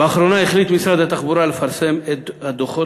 באחרונה החליט משרד התחבורה לפרסם את דוחות